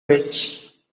rich